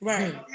Right